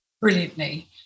brilliantly